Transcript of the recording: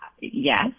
yes